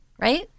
right